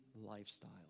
lifestyle